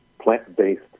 plant-based